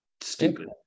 stupid